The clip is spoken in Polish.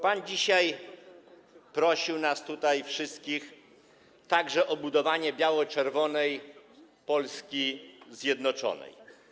Pan dzisiaj prosił nas tutaj wszystkich także o budowanie biało-czerwonej Polski zjednoczonej.